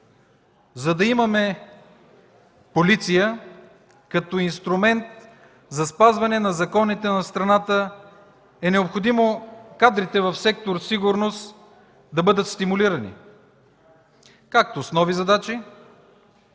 За да имаме полиция като инструмент за спазване на законите на страната, е необходимо кадрите в сектор "Сигурност" да бъдат стимулирани както с нови задачи